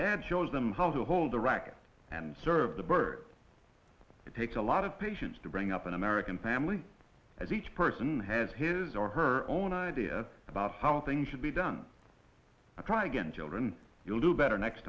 that shows them how to hold a racket and serve the bird it takes a lot of patience to bring up an american family as each person has his or her own idea about how things should be done to try again children you'll do better next